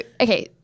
okay